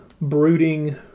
brooding